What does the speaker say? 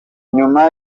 nyuma